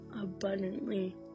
abundantly